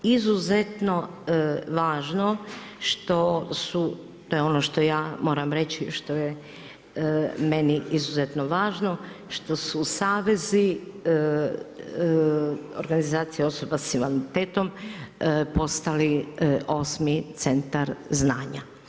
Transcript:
Izuzetno važno što su, to je ono što ja moram reći što je meni izuzetno važno što su savezi organizacija osoba sa invaliditetom postali 8. centar znanja.